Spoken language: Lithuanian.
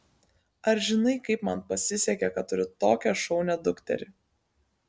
ar žinai kaip man pasisekė kad turiu tokią šaunią dukterį